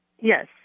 Yes